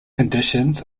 conditions